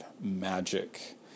magic